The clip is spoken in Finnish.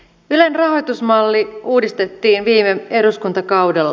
ylen rahoitusmalli uudistettiin viime eduskuntakaudella